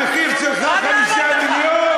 ובסוף, המחיר, שלך 5 מיליון?